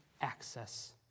access